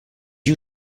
you